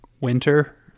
Winter